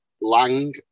Lang